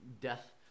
death